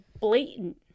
blatant